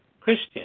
Christian